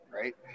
right